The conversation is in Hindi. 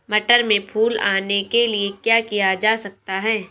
मटर में फूल आने के लिए क्या किया जा सकता है?